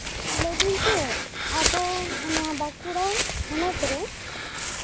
ᱞᱟᱹᱭ ᱫᱟᱹᱧ ᱪᱮᱫ ᱟᱵᱚ ᱱᱚᱣᱟ ᱵᱟᱸᱠᱩᱲᱟ ᱦᱚᱱᱚᱛᱨᱮ